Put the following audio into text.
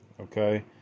okay